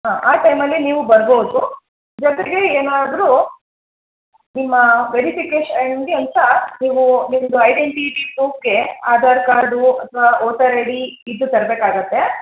ಹಾಂ ಆ ಟೈಮಲ್ಲಿ ನೀವು ಬರ್ಬೋದು ಜೊತೆಗೆ ಏನಾದರು ನಿಮ್ಮ ವೆರಿಫಿಕೇಷನ್ಗೆ ಅಂತ ನೀವು ನಿಮ್ಮದು ಐಡೆಂಟಿಟಿ ಪ್ರೂಫ್ಗೆ ಆಧಾರ್ ಕಾರ್ಡು ಅಥ್ವಾ ವೋಟರ್ ಐಡಿ ಇದು ತರಬೇಕಾಗತ್ತೆ